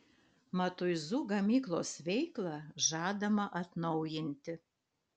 matuizų gamyklos veiklą žadama atnaujinti